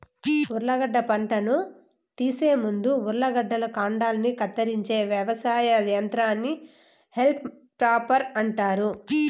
ఉర్లగడ్డ పంటను తీసే ముందు ఉర్లగడ్డల కాండాన్ని కత్తిరించే వ్యవసాయ యంత్రాన్ని హాల్మ్ టాపర్ అంటారు